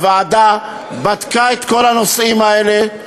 הוועדה בדקה את כל הנושאים האלה.